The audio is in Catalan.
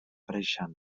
preixana